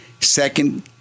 Second